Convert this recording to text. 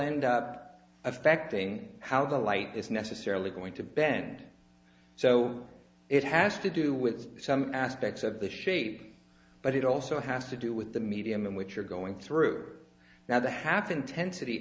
end up affecting how the light is necessarily going to bend so it has to do with some aspects of the shape but it also has to do with the medium in which you're going through now the happen tensity